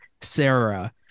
Sarah